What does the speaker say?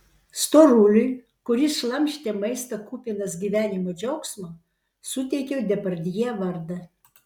storuliui kuris šlamštė maistą kupinas gyvenimo džiaugsmo suteikiau depardjė vardą